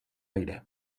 aires